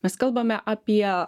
mes kalbame apie